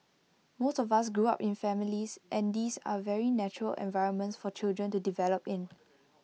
most of us grew up in families and these are very natural environments for children to develop in